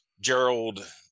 Gerald